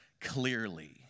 Clearly